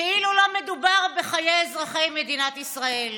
כאילו לא מדובר בחיי אזרחי מדינת ישראל.